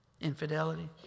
Infidelity